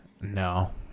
No